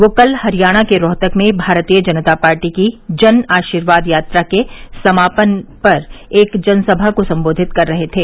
वे कल हरियाणा के रोहतक में भारतीय जनता पार्टी की जन आशीर्वाद यात्रा के समापन पर एक जनसभा को सम्बोधित कर रहे थें